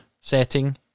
setting